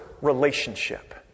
relationship